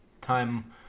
time